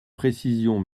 précision